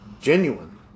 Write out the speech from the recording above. genuine